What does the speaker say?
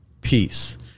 peace